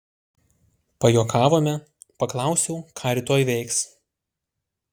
pajuokavome paklausiau ką rytoj veiks